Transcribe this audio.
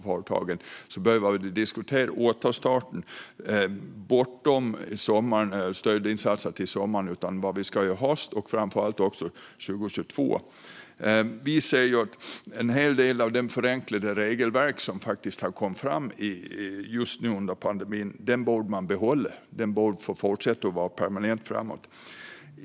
Vi behöver diskutera återstarten bortom stödinsatser till sommaren: Vad ska vi göra i höst och framför allt 2022? Som vi ser det borde man behålla en hel del av de förenklade regelverk som kommit fram under pandemin. De borde få fortsätta och bli permanenta.